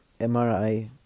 MRI